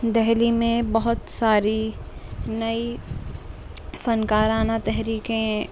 دہلی میں بہت ساری نئی فنکارانہ تحریکیں